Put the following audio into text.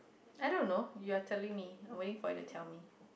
I don't know you are telling me I'm waiting for you to tell me